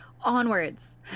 Onwards